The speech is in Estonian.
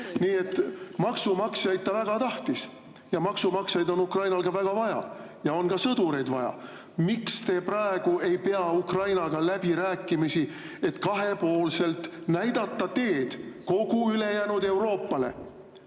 Nii et maksumaksjaid ta väga tahtis ja maksumaksjaid on Ukrainal ka väga vaja ja on ka sõdureid vaja. Miks te praegu ei pea Ukrainaga läbirääkimisi, et kahepoolselt näidata teed kogu ülejäänud Euroopale,